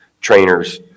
trainers